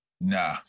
Nah